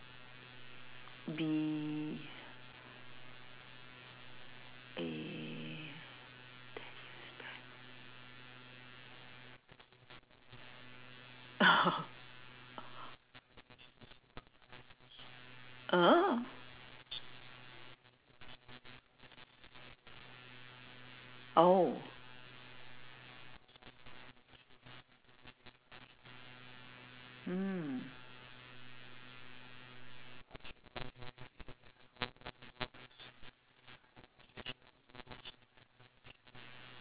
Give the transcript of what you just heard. be a ten years back